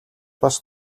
бас